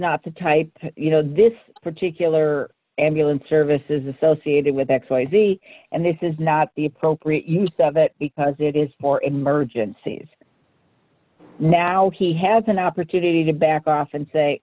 not the type you know this particular ambulance service is associated with x y z and this is not the appropriate use of it because it is for emergencies now he has an opportunity to back off and